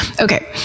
okay